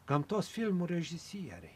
gamtos filmų režisieriai